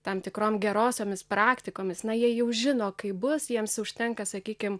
tam tikrom gerosiomis praktikomis na jie jau žino kaip bus jiems užtenka sakykim